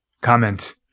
comment